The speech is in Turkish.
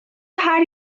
her